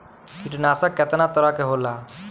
कीटनाशक केतना तरह के होला?